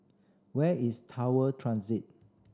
where is Tower Transit